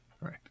Right